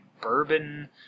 bourbon